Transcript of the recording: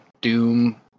doom